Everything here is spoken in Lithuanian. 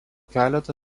keleto